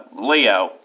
Leo